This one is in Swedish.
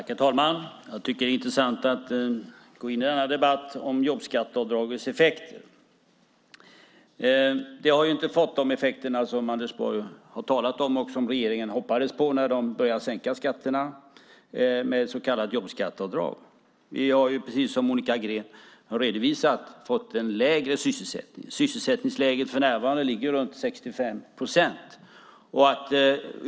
Herr talman! Jag tycker att det är intressant att gå in i denna debatt om jobbskatteavdragets effekter. Det har ju inte fått de effekter som Anders Borg har talat om och som regeringen hoppades på när de började sänka skatterna med så kallat jobbskatteavdrag. Vi har, precis som Monica Green har redovisat, fått en lägre sysselsättning. Sysselsättningsläget ligger för närvarande på runt 65 procent.